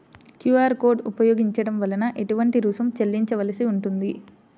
QR code ఉపయోగించటం వలన ఏటువంటి రుసుం చెల్లించవలసి ఉంటుంది?